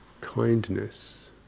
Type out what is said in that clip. kindness